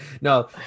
No